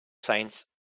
saints